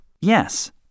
Yes